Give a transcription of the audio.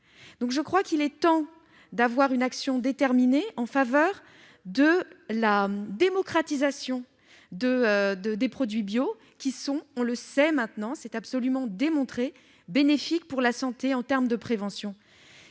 Je pense qu'il est temps d'avoir une action déterminée en faveur de la démocratisation de ces produits, qui sont- on le sait maintenant, c'est absolument démontré -bénéfiques pour la santé, en termes de prévention.